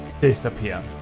disappear